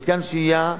מתקן השהייה בתהליך.